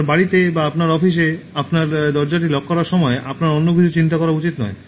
আপনার বাড়ীতে বা আপনার অফিসে আপনার দরজাটি লক করার সময় আপনার অন্য কিছু চিন্তা করা উচিত নয়